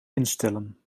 instellen